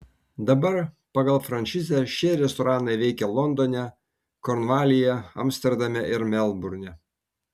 dabar pagal franšizę šie restoranai veikia londone kornvalyje amsterdame ir melburne